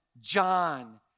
John